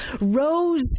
rose